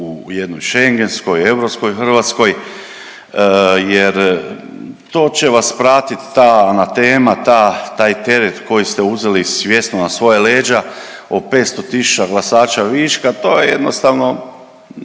u jednoj schengenskoj, europskoj Hrvatskoj jer to će vas pratiti ta tema, taj teret koji ste uzeli svjesno na svoja leđa o 500 000 glasača viška to je jednostavno